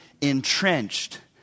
entrenched